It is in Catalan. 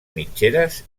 mitgeres